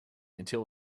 until